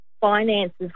finances